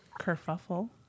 kerfuffle